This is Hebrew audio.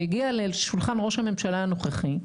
זה הגיע לשולחן ראש הממשלה הנוכחי,